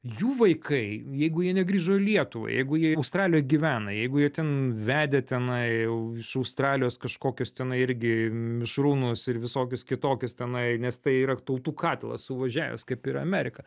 jų vaikai jeigu jie negrįžo į lietuvą jeigu jie australijoj gyvena jeigu jie ten vedė tenai jau iš australijos kažkokius tenai irgi mišrūnus ir visokius kitokius tenai nes tai yra tautų katilas suvažiavęs kaip ir amerika